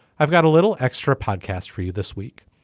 i've got a little extra podcast for you this week.